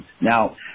Now